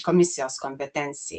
komisijos kompetencijai